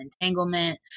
entanglement